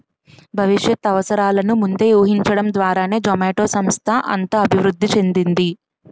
భవిష్యత్ అవసరాలను ముందే ఊహించడం ద్వారానే జొమాటో సంస్థ అంత అభివృద్ధి చెందింది